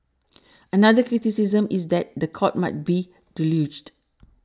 another criticism is that the courts might be deluged